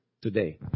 Today